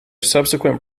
subsequent